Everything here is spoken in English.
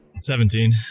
Seventeen